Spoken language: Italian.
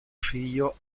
figlio